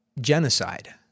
genocide